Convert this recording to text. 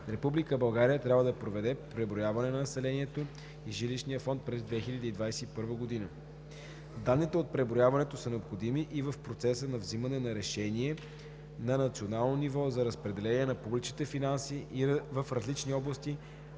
трябва да проведе преброяване на населението и на жилищния фонд през 2021 г. Данните от преброяването са необходими и в процеса на вземане на решение на национално ниво за разпределяне на публичните финанси в различни области,